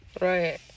Right